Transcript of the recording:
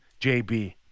JB